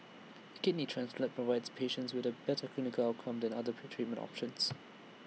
A kidney transplant provides patients with A better clinical outcome than other treatment options